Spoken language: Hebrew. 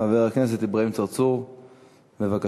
חבר הכנסת אברהים צרצור, בבקשה.